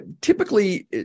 typically